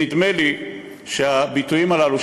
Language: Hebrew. נדמה לי שהביטויים הללו,